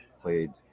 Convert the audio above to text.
played